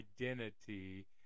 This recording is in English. identity